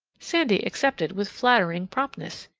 sandy accepted with flattering promptness.